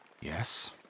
Yes